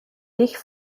dich